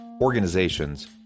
organizations